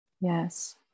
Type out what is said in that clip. yes